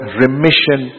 remission